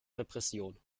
repression